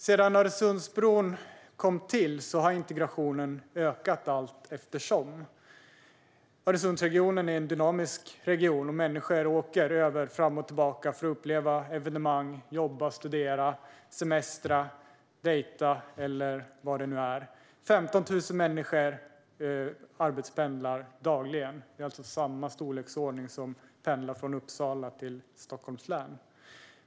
Sedan Öresundsbron kom till har integrationen ökat. Öresundsregionen är en dynamisk region, och människor åker fram och tillbaka för att uppleva evenemang, jobba, studera, semestra, dejta och så vidare. 15 000 människor arbetspendlar dagligen. Pendlingen är i samma storleksordning som den mellan Uppsala och Stockholms län.